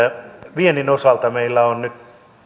viennin osalta meillä on nyt